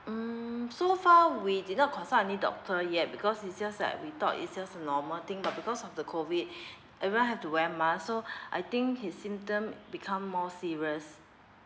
um so far we did not consult any doctor yet because is just like we thought is just a normal thing lah because of the COVID everyone have to wear mask so I think his symptom become more serious